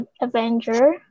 Avenger